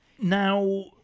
Now